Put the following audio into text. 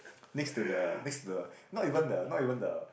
next to the next to the not even the not even the